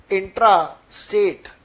intra-state